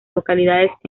localidades